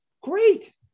Great